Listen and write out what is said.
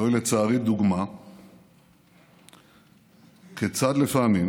זוהי, לצערי, דוגמה כיצד לפעמים